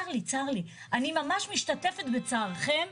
אני ממש משתתפת בצערכם,